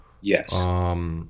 yes